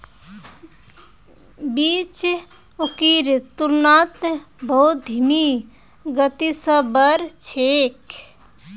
बीज अंकुरेर तुलनात बहुत धीमी गति स बढ़ छेक